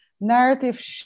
narrative